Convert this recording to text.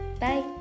bye